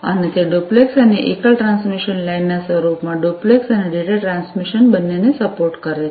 અને તે ડુપ્લેક્સ અને એકલ ટ્રાન્સમિશન લાઇનના સ્વરૂપમાં ડુપ્લેક્સ અને ડેટા ટ્રાન્સમિશન બંનેને સપોર્ટ કરે છે